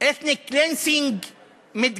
ethnic cleansing מתגלגל,